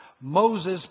Moses